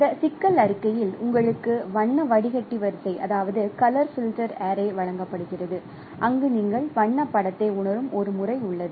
இந்த சிக்கல் அறிக்கையில் உங்களுக்கு வண்ண வடிகட்டி வரிசை வழங்கப்படுகிறது அங்கு நீங்கள் வண்ணப் படத்தை உணரும் ஒரு முறை உள்ளது